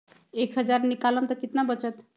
एक हज़ार निकालम त कितना वचत?